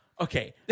Okay